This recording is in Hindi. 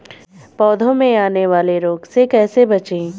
पौधों में आने वाले रोग से कैसे बचें?